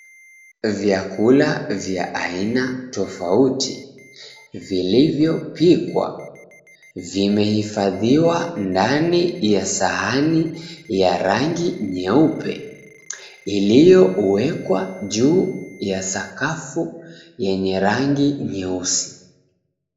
Vyakula vya aina tofauti vilivyopikwa vimehifadhiwa ndani ya sahani ya rangi nyeupe iliowekwa juu ya sakafu yenye rangi nyeusi.